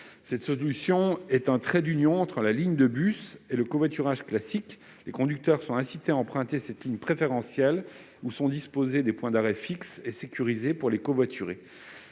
Cette solution constituerait un trait d'union entre la ligne de bus et le covoiturage classique. Les conducteurs seraient incités à emprunter cette ligne préférentielle, qui disposerait de points d'arrêt fixes et sécurisés pour les covoiturés.